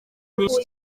nyinshi